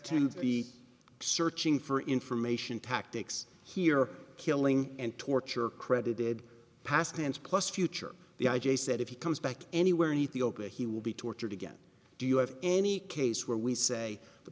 to be searching for information tactics here killing and torture credited past tense plus future the i j a said if he comes back anywhere in the open he will be tortured again do you have any case where we say the